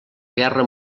guerra